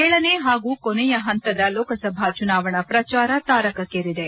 ಏಳನೇ ಹಾಗೂ ಕೊನೆಯ ಹಂತದ ಲೋಕಸಭಾ ಚುನಾವಣಾ ಪ್ರಚಾರ ತಾರಕಕ್ಕೇರಿದೆ